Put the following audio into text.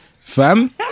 Fam